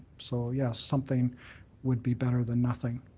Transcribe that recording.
so, yes, something would be better than nothing.